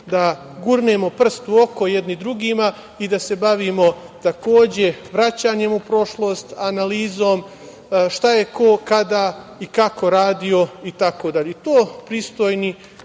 da gurnemo prst u oko jedni drugima i da se bavimo, takođe, vraćanjem u prošlost, analizom šta je ko kada i kako radio itd. To pristojni,